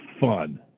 fun